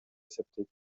эсептейт